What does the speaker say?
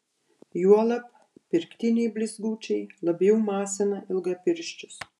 juolab pirktiniai blizgučiai labiau masina ilgapirščius